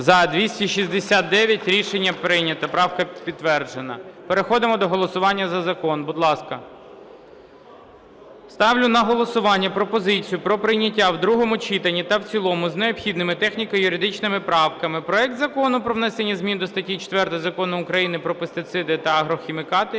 За-269 Рішення прийнято. Правка підтверджена. Переходимо до голосування за закон, будь ласка. Ставлю на голосування пропозицію про прийняття в другому читанні та в цілому з необхідними техніко-юридичними правками проект Закону про внесення змін до статті 4 Закону України "Про пестициди та агрохімікати"